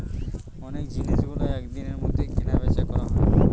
অনেক জিনিসগুলো এক দিনের মধ্যে কেনা বেচা করা হয়